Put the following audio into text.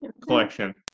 collection